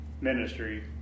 ministry